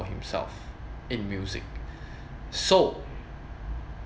himself in music so